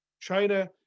China